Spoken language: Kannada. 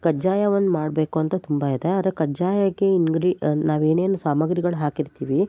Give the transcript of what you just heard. ಕಜ್ಜಾಯ ಒಂದು ಮಾಡಬೇಕು ಅಂತ ತುಂಬ ಇದೆ ಆದರೆ ಕಜ್ಜಾಯಕ್ಕೆ ಇನ್ಗ್ರೀ ನಾವು ಏನೇನು ಸಾಮಗ್ರಿಗಳು ಹಾಕಿರ್ತೀವಿ